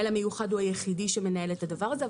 המיוחד הוא היחיד שמנהל את הדבר הזה,